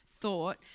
thought